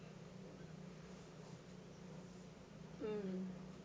mm